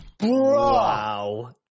Wow